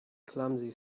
clumsy